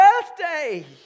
birthday